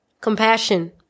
Compassion